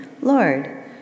Lord